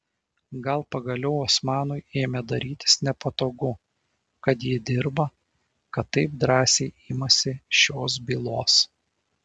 gal pagaliau osmanui ėmė darytis nepatogu kad ji dirba kad taip drąsiai imasi šios bylos